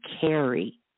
carry